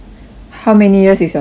how many years is your target sia